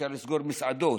אפשר לסגור מסעדות,